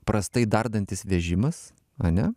prastai dardantis vežimas ane